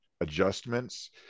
adjustments